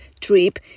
trip